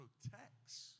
protects